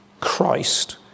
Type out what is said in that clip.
Christ